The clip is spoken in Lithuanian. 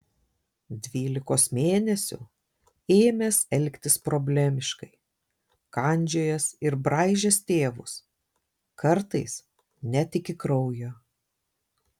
dvylikos mėnesių ėmęs elgtis problemiškai kandžiojęs ir braižęs tėvus kartais net iki kraujo